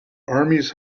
armies